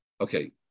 Okay